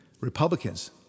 Republicans